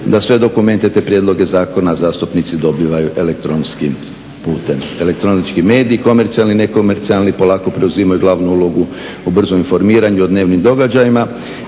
da sve dokumente, te prijedloge zakona zastupnici dobivaju elektronskim putem. Elektronički mediji, komercijalni, nekomercijalni polako preuzimaju glavnu ulogu u brzom informiranju o dnevnim događajima.